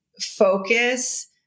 focus